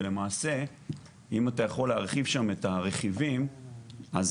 ולמעשה אם אתה יכול להרחיב שם את הרכיבים אז